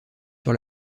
sur